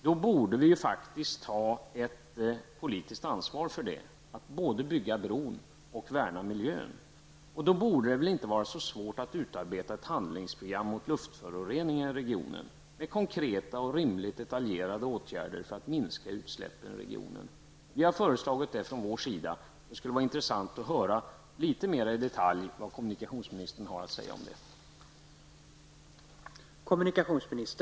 Vi borde ta ett politiskt ansvar både för att bygga bron och värna om miljön. Då borde det inte vara så svårt att utarbeta ett handlingsprogram mot luftföroreningar i regionen, med konkreta och rimligt detaljerade åtgärder för att minska utsläppen. Vi har föreslagit det från vår sida. Det skulle vara intressant att höra litet mera i detalj vad kommunikationsministern har att säga om detta.